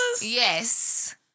Yes